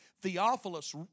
Theophilus